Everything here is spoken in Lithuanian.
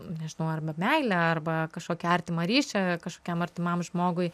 nežinau arba meilę arba kažkokį artimą ryšį kažkokiam artimam žmogui